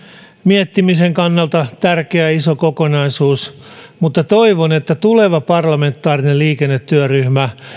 miettimisen kannalta tärkeä iso kokonaisuus mutta toivon että tuleva parlamentaarinen liikennetyöryhmä